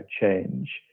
change